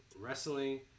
wrestling